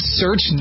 search